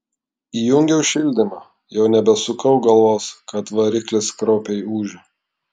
įjungiau šildymą jau nebesukau galvos kad variklis kraupiai ūžia